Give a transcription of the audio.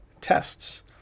tests